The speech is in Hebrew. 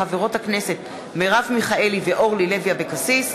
מאת חברות הכנסת מרב מיכאלי ואורלי לוי אבקסיס,